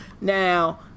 Now